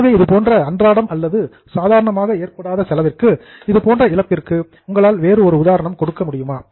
எனவே இதுபோன்ற அன்றாடம் அல்லது சாதாரணமாக ஏற்படாத செலவிற்கு இதுபோன்ற இழப்பிற்கு உங்களால் வேறு ஒரு உதாரணம் கொடுக்க முடியுமா